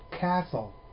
castle